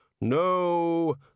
No